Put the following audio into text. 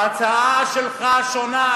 ההצעה שלך שונה.